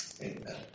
Amen